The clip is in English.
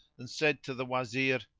and said to the wazir,